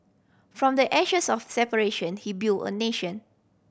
from the ashes of separation he built a nation